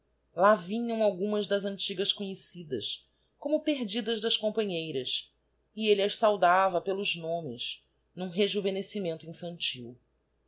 lá vinham algumas das antigas conhecidas como perdidas das companheiras e elle as saudava pelos nomes n'um rejuvenescimento infantil